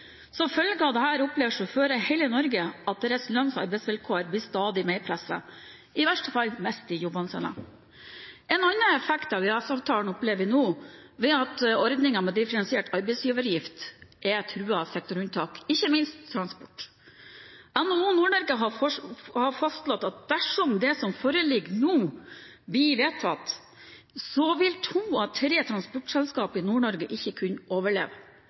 Som følge av dette, opplever sjåfører i hele Norge at deres lønns- og arbeidsvilkår blir stadig mer presset. I verste fall mister de jobbene sine. En annen effekt av EØS-avtalen opplever vi nå, ved at ordningen med differensiert arbeidsgiveravgift er truet av sektorunntak, ikke minst transport. NHO Nord-Norge har fastslått at dersom det som foreligger nå, blir vedtatt, vil to av tre transportselskap i Nord-Norge ikke kunne overleve.